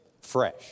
Fresh